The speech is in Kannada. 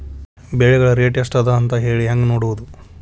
ಬೆಳೆಗಳ ರೇಟ್ ಎಷ್ಟ ಅದ ಅಂತ ಹೇಳಿ ಹೆಂಗ್ ನೋಡುವುದು?